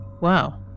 Wow